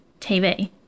TV